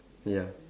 ya